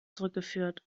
zurückgeführt